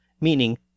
meaning